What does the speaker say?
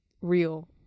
real